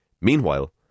Meanwhile